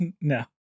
No